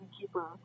keeper